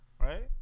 Right